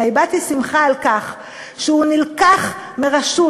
אלא הבעתי שמחה על כך שהוא נלקח מראשות